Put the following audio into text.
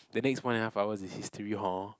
the next one and a half hours is history hor